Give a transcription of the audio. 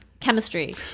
chemistry